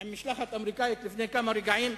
עם משלחת אמריקנית לפני כמה רגעים,